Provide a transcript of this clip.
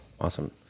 Awesome